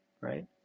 right